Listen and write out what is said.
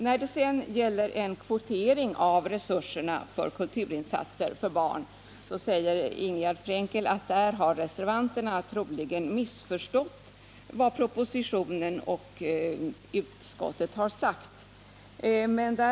När det sedan gäller kvotering av resurserna för kulturinsatser för barn säger Ingegärd Frenkel att reservanterna troligen har missförstått propositionen och utskottsmajoriteten.